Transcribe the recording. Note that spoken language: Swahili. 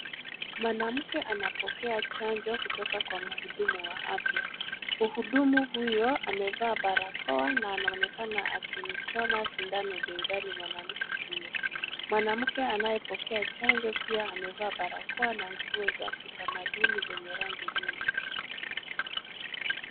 Mwanamke anapokea chanjo kutoka kwa mhudumu wa afya. Mhudumu huyo amevaa barakoa na anaonekana akimchoma sindano begani mwanamke huyo. Mwanamke anayepokea chanjo pia amevaa barakoa na nguo za kitamaduni zenye rangi nyingi.